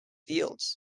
fields